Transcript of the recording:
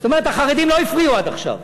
זאת אומרת, החרדים לא הפריעו עד עכשיו.